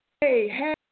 Hey